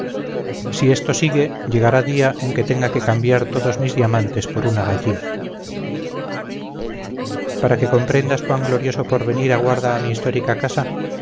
si esto sigue llegará día en que tenga que cambiar todos mis diamantes por una gallina para que comprendas cuán glorioso porvenir aguarda a mi histórica casa